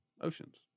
Oceans